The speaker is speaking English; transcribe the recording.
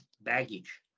baggage